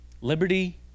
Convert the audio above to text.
Liberty